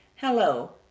Hello